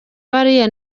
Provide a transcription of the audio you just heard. bariya